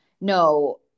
no